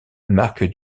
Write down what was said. marque